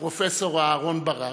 פרופ' אהרן ברק,